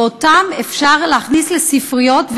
ואפשר להכניס אותם לספריות,